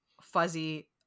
fuzzy